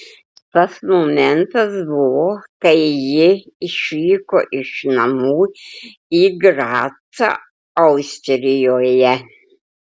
tas momentas buvo kai ji išvyko iš namų į gracą austrijoje